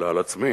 אלא על עצמי,